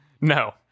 no